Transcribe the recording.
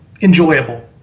enjoyable